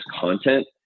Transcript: content